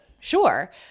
Sure